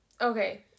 Okay